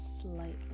slightly